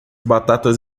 batatas